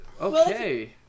Okay